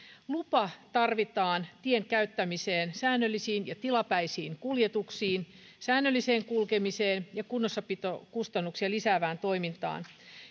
lupa tarvitaan tien käyttämiseen säännöllisiin ja tilapäisiin kuljetuksiin säännölliseen kulkemiseen ja kunnossapitokustannuksia lisäävään toimintaan